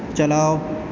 چلاؤ